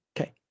Okay